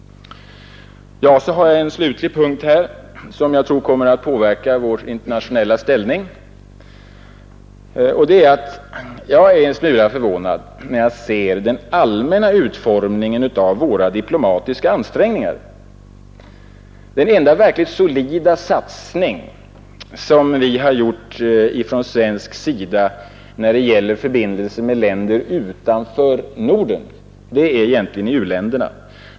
Slutligen har jag en punkt, som berör något som kommer att påverka vår internationella ställning. Jag blir en smula förvånad, när jag ser den allmänna utformningen av våra diplomatiska ansträngningar. Den enda verkligt solida satsning som från svensk sida har gjorts när det gäller förbindelserna med länder utanför Norden är inriktad på u-länderna.